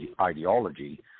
ideology